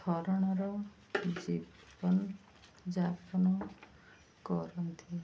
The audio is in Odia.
ଧରଣର ଜୀବନ ଯାପନ କରନ୍ତି